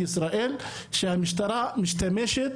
ישראל שהמשטרה משתמשת